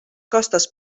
costes